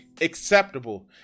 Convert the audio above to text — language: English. acceptable